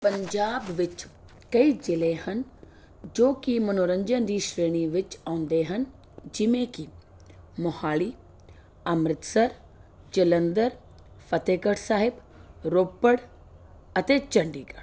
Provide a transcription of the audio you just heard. ਪੰਜਾਬ ਵਿੱਚ ਕਈ ਜ਼ਿਲ੍ਹੇ ਹਨ ਜੋ ਕਿ ਮੰਨੋਰੰਜਨ ਦੀ ਸ਼੍ਰੇਣੀ ਵਿੱਚ ਆਉਂਦੇ ਹਨ ਜਿਵੇ ਕਿ ਮੋਹਾਲੀ ਅੰਮ੍ਰਿਤਸਰ ਜਲੰਧਰ ਫਤਿਹਗੜ੍ਹ ਸਾਹਿਬ ਰੋਪੜ ਅਤੇ ਚੰਡੀਗੜ੍ਹ